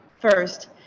First